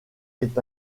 est